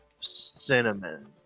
cinnamon